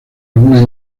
algunas